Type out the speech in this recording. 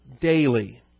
daily